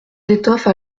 d’étoffes